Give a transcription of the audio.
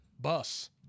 Bus